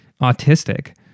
autistic